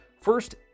First